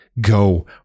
go